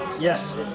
yes